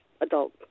adult